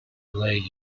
delay